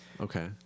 Okay